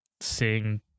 seeing